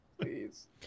please